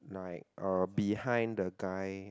like uh behind the guy